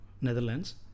Netherlands